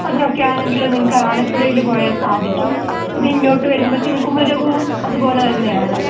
അതിനൊക്കെയാണെങ്കിലും നിങ്ങൾക്ക് ആലപ്പുഴയിൽ പോയാൽ സാധിക്കും പിന്നെ ഇങ്ങോട്ട് വരുമ്പോഴ്ത്തേനും കുമരകവും അതുപോലെ തന്നെയാണ്